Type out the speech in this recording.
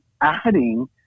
adding